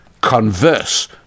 converse